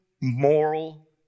moral